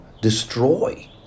destroy